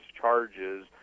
charges